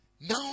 now